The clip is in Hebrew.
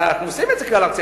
אנחנו עושים את זה כלל-ארצי.